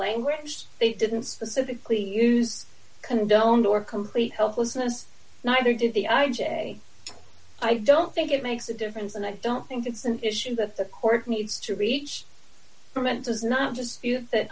language they didn't specifically use condoned or complete helplessness neither did the i j a i don't think it makes a difference and i don't think it's an issue that the court needs to reach the mentos not just